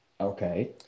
Okay